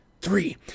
three